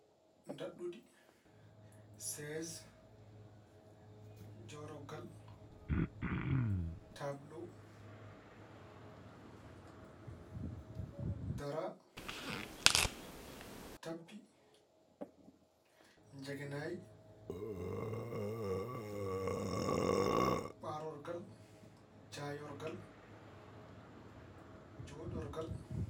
Ndaɗɗundi, sees, jooɗorgal, taablo, dara, tappi, njeganayi, ɓaarorgal, jaayorgal, jooɗorgal.